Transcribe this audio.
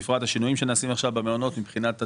בפרט השינויים שנעשים עכשיו במעונות מבחינת התקצוב,